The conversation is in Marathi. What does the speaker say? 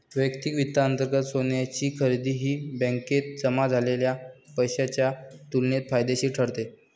वैयक्तिक वित्तांतर्गत सोन्याची खरेदी ही बँकेत जमा झालेल्या पैशाच्या तुलनेत फायदेशीर ठरते